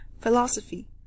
philosophy